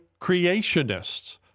creationists